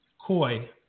Koi